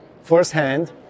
firsthand